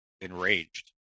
enraged